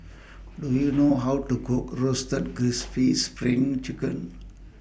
Do YOU know How to Cook Roasted Crispy SPRING Chicken